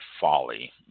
folly